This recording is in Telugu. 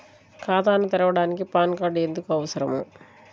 ఖాతాను తెరవడానికి పాన్ కార్డు ఎందుకు అవసరము?